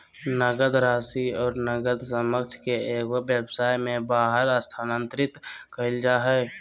नकद राशि और नकद समकक्ष के एगो व्यवसाय में बाहर स्थानांतरित कइल जा हइ